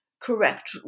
correct